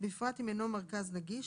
בפרט אם אינו מרכז נגיש,